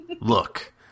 Look